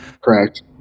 correct